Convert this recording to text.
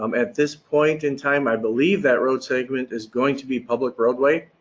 um at this point in time, i believe that road segment is going to be public roadway.